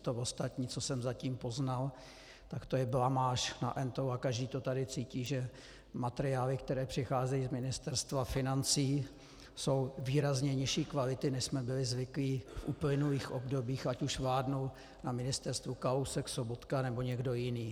To ostatní, co jsem zatím poznal, tak to je blamáž na entou a každý to tady cítí, že materiály, které přicházejí z Ministerstva financí, jsou výrazně nižší kvality, než jsme byli zvyklí v uplynulých obdobích, ať už vládl na ministerstvu Kalousek, Sobotka nebo někdo jiný.